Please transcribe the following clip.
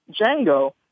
Django